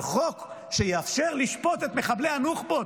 אבל חוק שיאפשר לשפוט את מחבלי הנוח'בות,